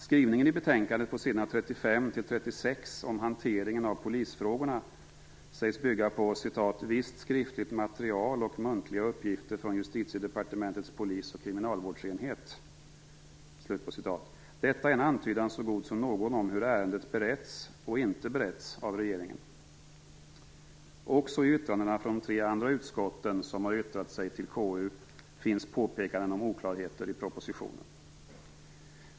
Skrivningen i betänkandet på s. 35-36 om hanteringen av polisfrågorna sägs bygga på "visst skriftligt material och muntliga uppgifter från Justitiedepartementets polisoch kriminalvårdsenhet". Detta är en antydan så god som någon om hur ärendet beretts - och inte beretts - av regeringen. Också i yttrandena från tre andra utskott till KU finns påpekanden om oklarheter i propositionen.